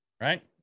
Right